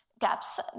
gaps